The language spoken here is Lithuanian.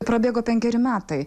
prabėgo penkeri metai